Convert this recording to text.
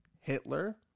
Hitler